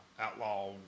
Outlaw